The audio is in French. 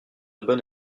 bonne